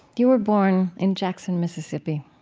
you were born in jackson, mississippi.